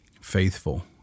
Faithful